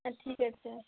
হ্যাঁ ঠিক আছে